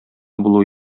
булуы